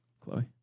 Chloe